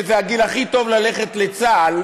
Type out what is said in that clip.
שזה הגיל הכי טוב ללכת לצה"ל,